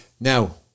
Now